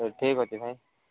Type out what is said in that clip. ସେ ଠିକ୍ ଅଛି ଭାଇ